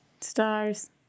Stars